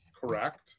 correct